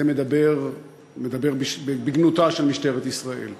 זה מדבר בגנותה של משטרת ישראל.